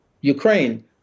Ukraine